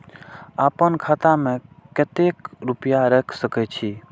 आपन खाता में केते रूपया रख सके छी?